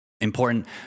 important